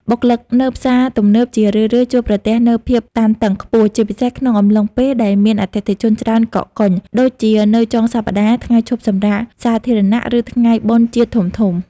បុគ្គលិកនៅផ្សារទំនើបជារឿយៗជួបប្រទះនូវភាពតានតឹងខ្ពស់ ជាពិសេសក្នុងអំឡុងពេលដែលមានអតិថិជនច្រើនកកកុញ ដូចជានៅចុងសប្តាហ៍ ថ្ងៃឈប់សម្រាកសាធារណៈ ឬថ្ងៃបុណ្យជាតិធំៗ។